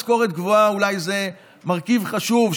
משכורת גבוהה אולי זה מרכיב חשוב,